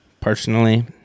Personally